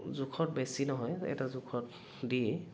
জোখত বেছি নহয় এটা জোখত দি